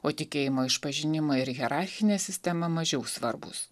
o tikėjimo išpažinimą ir hierarchinė sistema mažiau svarbūs